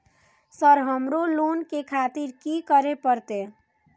Sir हमरो loan ले खातिर की करें परतें?